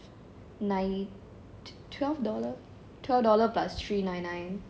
night~ twelve dollar twelve dollar plus three nine nine